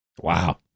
Wow